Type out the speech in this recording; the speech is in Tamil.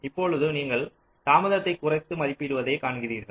இப்பொழுது நீங்கள் தாமதத்தை குறைத்து மதிப்பிடுவதை காண்கிறீர்கள்